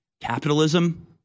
capitalism